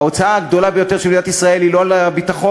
ההוצאה הגדולה ביותר של מדינת ישראל היא לא על הביטחון.